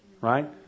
right